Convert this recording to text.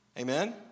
Amen